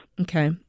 Okay